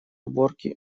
уборки